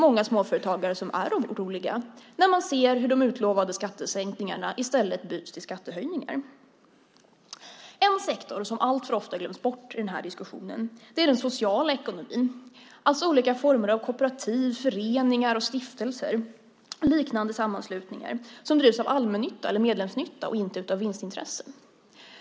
Många småföretagare blir oroliga när de ser hur de utlovade skattesänkningarna byts i skattehöjningar. En sektor som alltför ofta glöms bort i den här diskussionen är den sociala ekonomin, det vill säga olika former av kooperativ, föreningar, stiftelser och liknande sammanslutningar som drivs av allmännytta eller medlemsnytta och inte av vinstintressen.